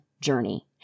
journey